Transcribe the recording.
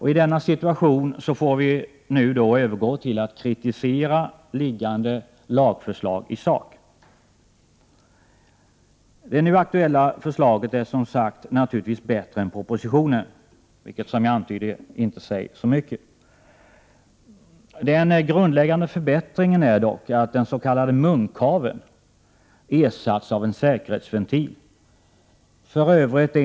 I denna situation får vi nu övergå till att kritisera liggande lagförslag i sak. Det nu aktuella förslaget är som sagt naturligtvis bättre än propositionen, vilket i och för sig inte säger så mycket. Den grundläggande förbättringen är dock att den s.k. munkaveln ersatts av en säkerhetsventil — f.ö.